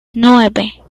nueve